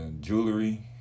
Jewelry